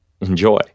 Enjoy